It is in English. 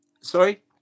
sorry